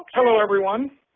hello, everyone.